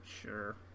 Sure